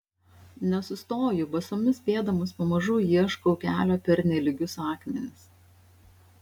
nesustoju basomis pėdomis pamažu ieškau kelio per nelygius akmenis